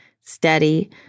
steady